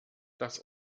das